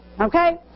Okay